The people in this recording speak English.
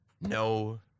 no